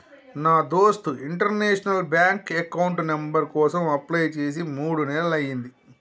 నా దోస్త్ international bank account number కోసం అప్లై చేసి మూడు నెలలయ్యింది